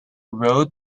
road